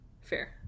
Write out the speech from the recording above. fair